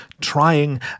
trying